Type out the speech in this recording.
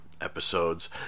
episodes